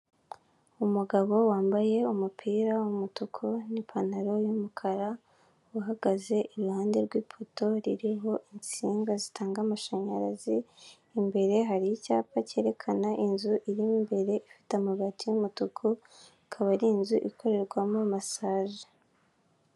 Aba ni abantu batatu, umwe muri bo asa nk'ukuze, ni umudamu wishimye afite umwana mu ntoki, hari undi uryamye wambaye ibintu by'umweru bisa nk'aho ari kwa muganga, hamwe n'ubwishingizi bwo kwivuza ku giti cyawe n'abagize umuryango ikizere cy'ejo hazaza, ibyishimo by'umuryango, ni amagambo yanditse ku cyapa cyamamaza baherereyeho.